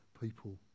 people